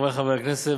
חברי חברי הכנסת,